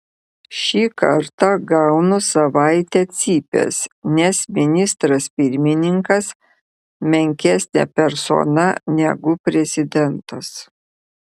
šį kartą gaunu savaitę cypės nes ministras pirmininkas menkesnė persona negu prezidentas